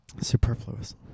Superfluous